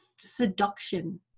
seduction